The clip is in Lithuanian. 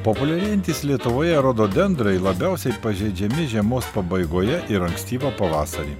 populiarėjantys lietuvoje rododendrai labiausiai pažeidžiami žiemos pabaigoje ir ankstyvą pavasarį